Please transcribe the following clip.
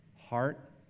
heart